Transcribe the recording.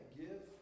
give